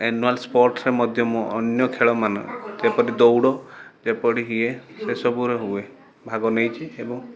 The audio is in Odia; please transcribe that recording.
ଆନ୍ୟୁଆଲ୍ ସ୍ପୋର୍ଟ୍ସରେ ମଧ୍ୟ ମୁଁ ଅନ୍ୟ ଖେଳମାନ ଯେପରି ଦୌଡ଼ ଯେପରି କି ଇଏ ସେସବୁରେ ହୁଏ ଭାଗ ନେଇଛି ଏବଂ